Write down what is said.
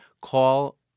call